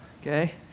Okay